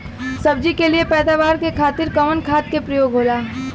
सब्जी के लिए पैदावार के खातिर कवन खाद के प्रयोग होला?